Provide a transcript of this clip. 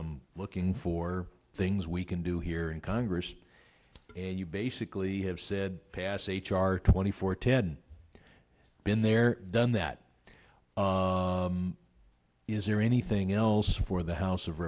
looking for things we can do here in congress and you basically have said pass h r twenty four ted been there done that is there anything else for the house of